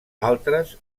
altres